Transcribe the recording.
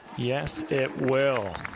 yes it will.